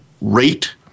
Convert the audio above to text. rate